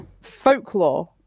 folklore